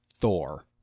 Thor